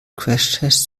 crashtest